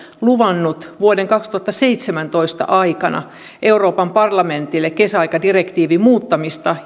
luvannut vuoden kaksituhattaseitsemäntoista aikana euroopan parlamentille kesäaikadirektiivin muuttamista